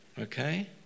Okay